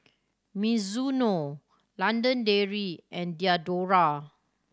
Mizuno London Dairy and Diadora